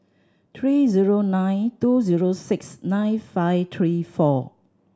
three zero nine two zero six nine five three four